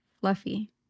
fluffy